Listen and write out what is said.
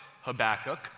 Habakkuk